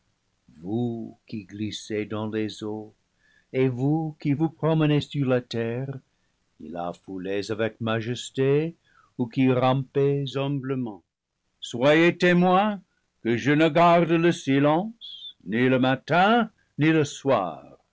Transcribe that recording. glissez dans les eaux et vous qui vous promenez sur la terre qui la foulez avec majesté ou qui rampez hum blement soyez témoins que je ne garde le silence ni le malin ni le soir